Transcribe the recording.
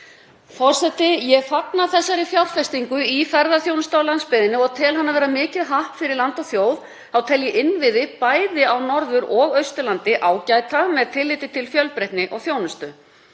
Forseti. Ég fagna þessari fjárfestingu í ferðaþjónustu á landsbyggðinni og tel hana vera mikið happ fyrir land og þjóð. Þá tel ég innviði bæði á Norður- og Austurlandi ágæta með tilliti til fjölbreytni og þjónustu.